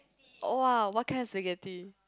oh !wah! what kind of spaghetti